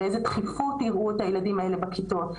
באיזו דחיפות יראו את הילדים האלה בכיתות?